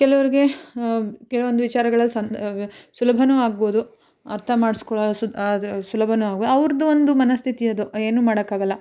ಕೆಲವ್ರಿಗೆ ಕೆಲವೊಂದು ವಿಚಾರಗಳಲ್ಲಿ ಸಂ ಸುಲಭವೂ ಆಗ್ಬೋದು ಅರ್ಥ ಮಾಡಿಸ್ಕೊ ಸು ಅದು ಸುಲಭವೂ ಆಗ್ಬೋದು ಅವ್ರದ್ದೊಂದು ಮನಸ್ಥಿತಿ ಅದು ಏನು ಮಾಡೋಕ್ಕಾಗೋಲ್ಲ